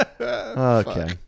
Okay